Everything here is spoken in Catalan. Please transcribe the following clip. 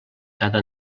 cada